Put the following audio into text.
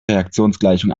reaktionsgleichung